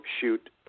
shoot